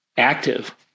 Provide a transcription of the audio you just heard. active